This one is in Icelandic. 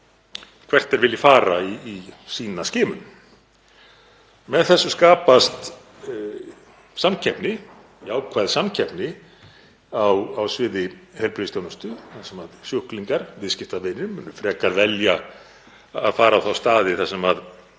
hvert þeir vilja fara í sína skimun. Með þessu skapast samkeppni, jákvæð samkeppni á sviði heilbrigðisþjónustu þar sem sjúklingar, viðskiptavinir, munu velja að fara á þá staði þar sem